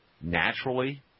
naturally